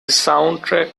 soundtrack